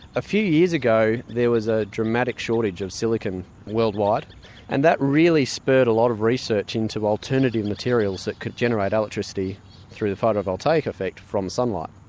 a few years ago there was a dramatic shortage of silicon worldwide and that really spurred a lot of research into alternative materials that could generate electricity through the photovoltaic effect from sunlight.